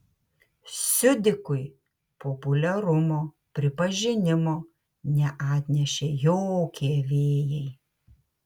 siudikui populiarumo pripažinimo neatnešė jokie vėjai